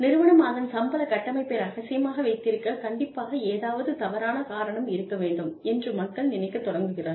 நிறுவனம் அதன் சம்பள கட்டமைப்பை ரகசியமாக வைத்திருக்க கண்டிப்பாக ஏதாவது தவறான காரணம் இருக்க வேண்டும் என்று மக்கள் நினைக்கத் தொடங்குகிறார்கள்